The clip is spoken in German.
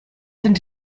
sind